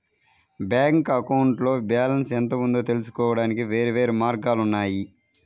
bank అకౌంట్లో balance ఎంత ఉందో తెలుసుకోవడానికి వేర్వేరు మార్గాలు ఉన్నాయి